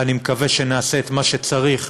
ואני מקווה שנעשה את מה שצריך